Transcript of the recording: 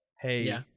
hey